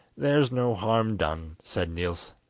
there's no harm done said niels.